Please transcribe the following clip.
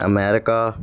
America